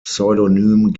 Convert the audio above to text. pseudonym